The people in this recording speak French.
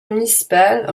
municipales